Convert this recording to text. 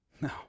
No